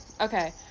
okay